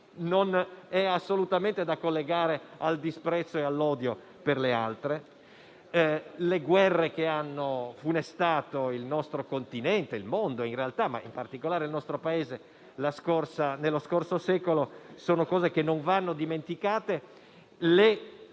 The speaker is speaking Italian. non è assolutamente da collegare al disprezzo e all'odio per le altre. Le guerre che hanno funestato il nostro continente - il mondo in realtà, ma in particolare il nostro Paese - nello scorso secolo non vanno dimenticate.